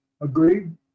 agreed